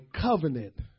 covenant